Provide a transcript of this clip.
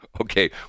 Okay